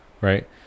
Right